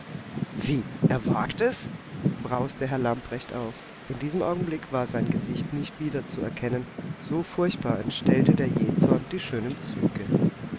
wie er wagt es brauste herr lamprecht auf in diesem augenblick war sein gesicht nicht wieder zu erkennen so furchtbar entstellte der jähzorn die schönen züge